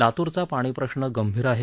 लातूरचा पाणीप्रश्न गंभीर आहे